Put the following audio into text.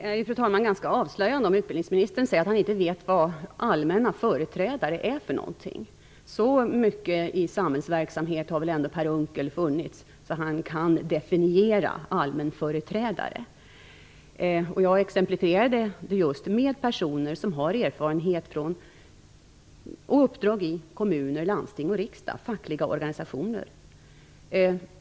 Fru talman! Det är ganska avslöjande när utbildningsministern säger att han inte vet vad allmänna företrädare är för någonting. Så mycket har väl Per Unckel ändå varit verksam i samhällsverksamhet att han kan definiera allmänföreträdare. Jag exemplifierade det just med personer som har erfarenhet från och uppdrag i kommuner, landsting, riksdag och fackliga organisationer.